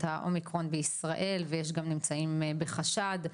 האומיקרון בישראל ויש גם נמצאים בחשד,